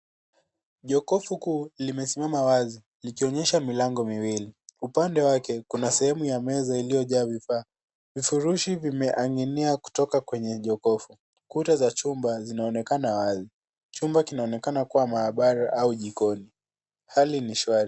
Jokofu kuu limesimama wazi likionyesha milango miwili. Upande wake, kuna sehemu ya meza iliyojaa vifaa. Vifurushi vimeaning'inia kutoka kwenye jokofu. Kuta cha chumba zinaomeonekana wazi. Chumba kinaonekana kuwa maabara au jikoni. Hali ni shwari.